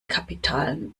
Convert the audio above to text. kapitalen